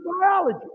biology